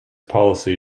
policy